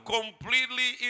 completely